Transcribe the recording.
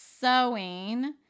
sewing